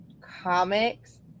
comics